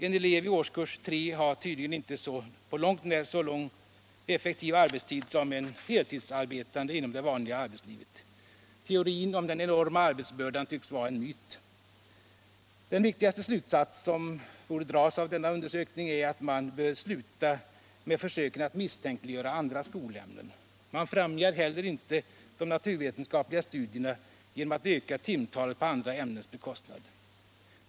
En elev i årskurs 3 har tydligen inte tillnärmelsevis så lång effektiv arbetstid som en heltidsarbetande inom det vanliga arbetslivet. Teorin om den enorma arbetsbördan tycks vara en myt. Den viktigaste slutsats som borde dras av denna undersökning är att man bör sluta med dessa försök att misstänkliggöra andra skolämnen. Man främjar inte heller de naturvetenskapliga studierna genom att öka timantalet på andra ämnens bekostnad.